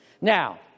Now